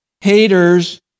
haters